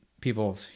people